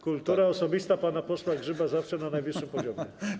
Kultura osobista pana posła Grzyba zawsze na najwyższym poziomie.